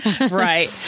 Right